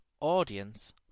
audience